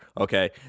okay